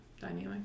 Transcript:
dynamic